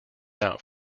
out